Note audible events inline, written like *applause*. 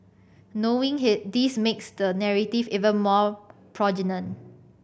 knowing *unintelligible* this makes the narrative even more poignant